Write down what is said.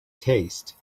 taste